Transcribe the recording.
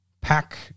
pack